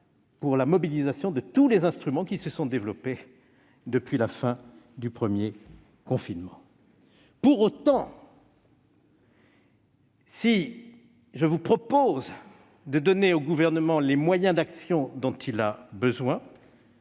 pour la mobilisation de tous les instruments qui ont été développés depuis la fin du premier confinement. Pour autant, si je vous propose de donner au Gouvernement les moyens d'action dont il a besoin,